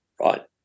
right